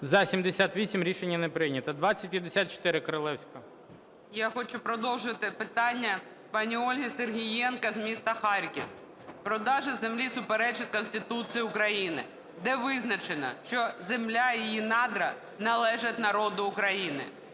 За-78 Рішення не прийнято. 2054, Королевська. 13:06:05 КОРОЛЕВСЬКА Н.Ю. Я хочу продовжити питання пані Ольги Сергієнко з міста Харків. "Продаж землі суперечить Конституції України, де визначено, що земля, її надра, належать народу України.